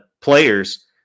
players